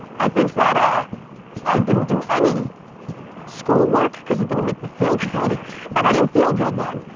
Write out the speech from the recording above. i think that ah i didn't do any school work cause it didn't make me feel good and i didn't feel good then.